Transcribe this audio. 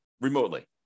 remotely